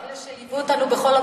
אלה שליוו אותנו בכל,